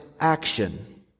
action